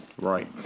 Right